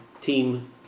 Team